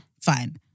Fine